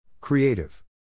Creative